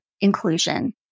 inclusion